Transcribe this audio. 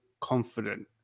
confident